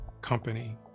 company